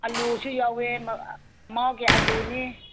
ꯑꯥꯂꯨꯁꯨ ꯌꯥꯎꯋꯦ ꯃꯥꯎꯒꯤ ꯑꯥꯂꯨꯅꯤ